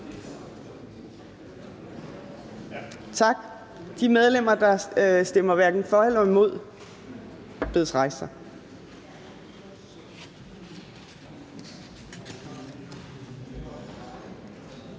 Tak. De medlemmer, der stemmer hverken for eller imod, bedes rejse